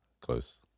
close